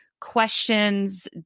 questions